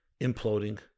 imploding